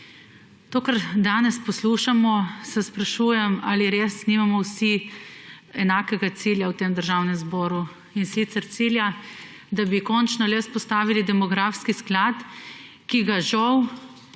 To, kar danes poslušamo, se sprašujem, ali res nimamo vsi enakega cilja v tem Državnem zboru, in sicer cilja, da bi končno le vzpostavili demografski sklad, ki ga žal,